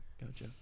gotcha